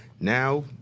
Now